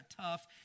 tough